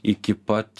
iki pat